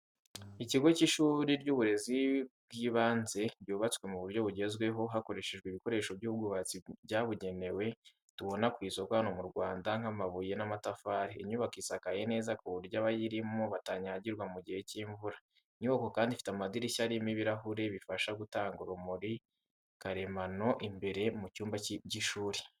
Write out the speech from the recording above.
Ikigo cy’ishuri ry’uburezi bw’ibanze, ryubatswe mu buryo bugezweho, hakoreshejwe ibikoresho by’ubwubatsi byabugenewe tubona ku isoko hano mu Rwanda nk’amabuye n’amatafari. Inyubako isakaye neza ku buryo abayirimo batanyagirwa mu gihe cy’imvura. Inyubako kandi ifite amadirishya arimo ibirahure bifasha gutanga urumuri karemano imbere mu cyumba by’ishuri.